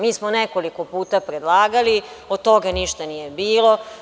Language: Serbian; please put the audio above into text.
Mi smo nekoliko puta predlagali, od toga ništa nije bilo.